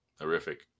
Horrific